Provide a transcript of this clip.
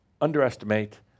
Underestimate